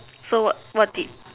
so what what did